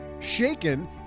Shaken